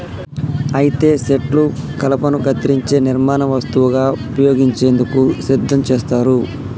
అయితే సెట్లు కలపను కత్తిరించే నిర్మాణ వస్తువుగా ఉపయోగించేందుకు సిద్ధం చేస్తారు